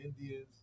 Indians